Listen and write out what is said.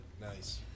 nice